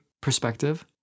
perspective